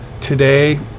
today